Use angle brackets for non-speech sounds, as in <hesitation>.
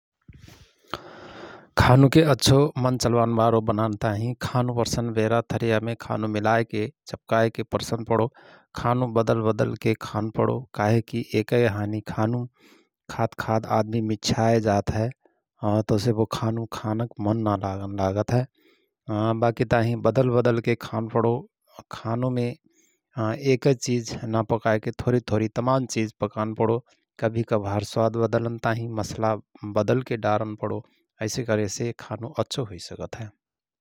खानुके अच्छो मन चलवानबारो बनानताहिं खानु पर्सन बेरा थरियामे खानु मिलाएके चपकाएके पर्सन पणो, खानु बदल बदलके खान पणो, काहेकि एकए हानी खानु खात–खात आदमि मिच्छायजात हय । <hesitation> तौसे बो खानु खानक मन ना लागन लागत हए । <hesitation> बाके ताहीँ बदल बदलके खान पणो । खानुमे <hesitation> एकय चिझ न पकाएके थोरी–थोरी तमान चिझ पकान पणो । कवहि कभार स्वाद बदलनताहीँ मसला बदलके डारन पणो ऐसे करेसे खानु अच्छो हुई सकत हय ।